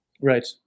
right